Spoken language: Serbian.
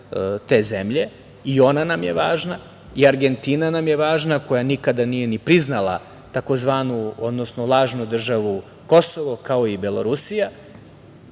te zemlje, i ona nam je važna, i Argentina nam je važna, koja nikada nije ni priznala lažnu državu Kosovo, kao i Belorusija.